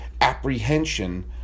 apprehension